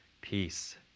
peace